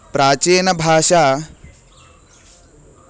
प्राचीनभाषा